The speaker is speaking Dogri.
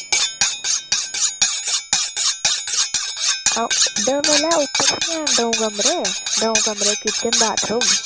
डबल ऐ उप्पर बी हैन दौ कमरे ते किचन न